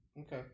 okay